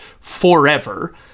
forever